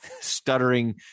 stuttering